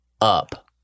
up